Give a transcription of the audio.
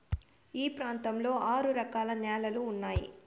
మా ప్రాంతంలో ఆరు రకాల న్యాలలు ఉన్నాయి